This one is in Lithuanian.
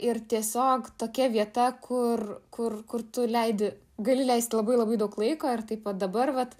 ir tiesiog tokia vieta kur kur kur tu leidi gali leisti labai labai daug laiko ir taip pat dabar vat